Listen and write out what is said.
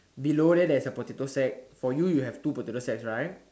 below there there's a potato sack for you there's two potato sacks right